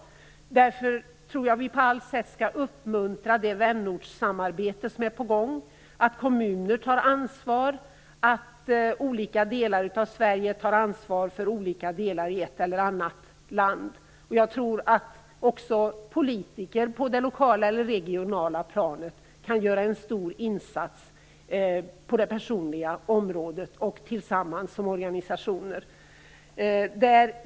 Därför tror jag att vi på allt sätt skall uppmuntra det vänortssamarbete som är på gång, att kommuner tar ansvar och att olika delar av Sverige tar ansvar för olika delar i ett eller annat land. Jag tror att också politiker på det lokala eller regionala planet kan göra en stor insats på det personliga området och tillsammans som organisationer.